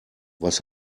was